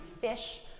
fish